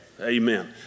Amen